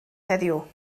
heddiw